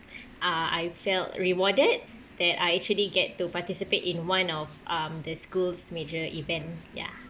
uh I felt rewarded that I actually get to participate in one of um the school's major event ya